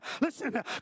listen